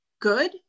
good